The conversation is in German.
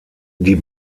die